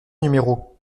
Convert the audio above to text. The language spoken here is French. numéro